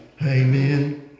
Amen